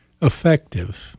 Effective